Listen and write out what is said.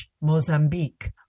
Mozambique